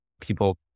people